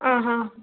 ആ ഹാ